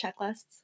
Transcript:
checklists